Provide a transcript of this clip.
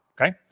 okay